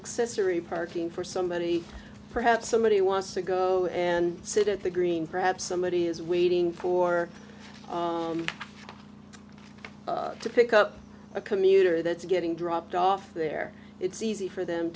accessory parking for somebody perhaps somebody who wants to go and sit at the green perhaps somebody is waiting for to pick up a commuter that's getting dropped off there it's easy for them